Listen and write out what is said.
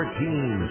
team